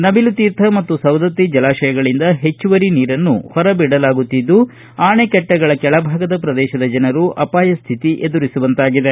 ನವಿಲು ತೀರ್ಥ ಮತ್ತು ಸವದತ್ತಿ ಜಲಾಶಯಗಳಿಂದ ಹೆಚ್ಚುವರಿ ನೀರನ್ನು ಹೊರಬಿಡಲಾಗುತ್ತಿದ್ದು ಆಣೆಕಟ್ಟಿಗಳ ಕೆಳಭಾಗದ ಪ್ರದೇಶದ ಜನರು ಅಪಾಯ ಸ್ಥಿತಿ ಎದುರಿಸುವಂತಾಗಿದೆ